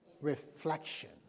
reflection